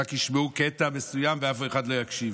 רק ישמעו קטע מסוים ואף אחד לא יקשיב.